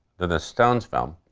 the the stones film.